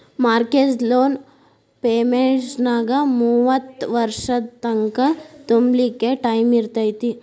mortgage loan ಪೆಮೆನ್ಟಾದ್ರ ಮೂವತ್ತ್ ವರ್ಷದ್ ತಂಕಾ ತುಂಬ್ಲಿಕ್ಕೆ ಟೈಮಿರ್ತೇತಿ